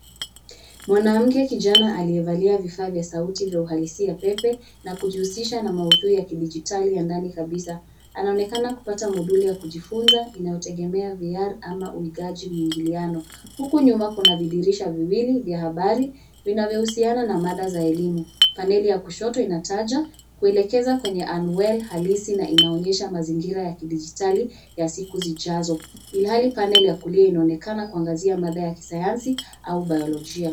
Mwanamke kijana aliyevalia vifaa vya sauti vya uhalisia pepe, na kujihusisha na maudhui ya kidijitali ya ndani kabisa. Anaonekana kupata moduli ya kujifunza, inayotegemea VR ama uigaji mwingiliano. Huku nyuma kuna vidirisha viwili vya habari, vinavyohusiana na mada za elimu. Paneli ya kushoto inataja, kuelekeza kwenye unwell halisi na inaonyesha mazingira ya kidijitali, ya siku zijazo, ilhali paneli ya kulia inaonekana kuangazia mada ya kisayansi au biolojia.